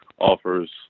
offers